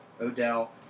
Odell